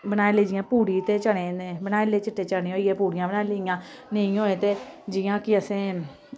बनाई लेई जियां पूड़ी ते चने बनाई ले चिट्टे चने होइये पुड़ियां बनाई लेइयां नेईं होये ते जियां कि असें